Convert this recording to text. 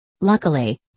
Luckily